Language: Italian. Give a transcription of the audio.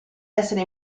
essere